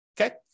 okay